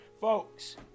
folks